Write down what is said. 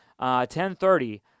10.30